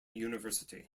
university